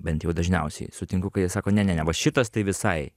bent jau dažniausiai sutinku kai jie sako ne ne ne va šitas tai visai